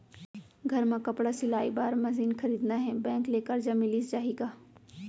घर मे कपड़ा सिलाई बार मशीन खरीदना हे बैंक ले करजा मिलिस जाही का?